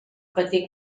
patir